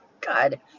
God